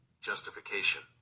Justification